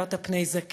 "והדרת פני זקן";